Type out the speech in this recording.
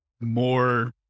more